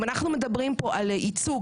אם אנחנו מדברים פה על ייצוג,